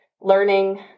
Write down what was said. learning